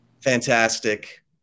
fantastic